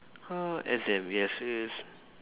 uh as in we have this